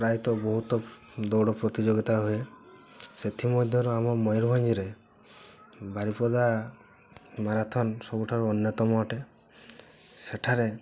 ପ୍ରାୟତଃ ବହୁତ ଦୌଡ଼ ପ୍ରତିଯୋଗିତା ହୁଏ ସେଥିମଧ୍ୟରୁ ଆମ ମୟୁରଭଞ୍ଜରେ ବାରିପଦା ମାରାଥନ୍ ସବୁଠାରୁ ଅନ୍ୟତମ ଅଟେ ସେଠାରେ